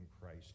Christ